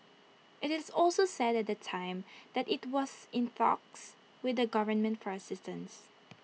IT is also said at the time that IT was in talks with the government for assistance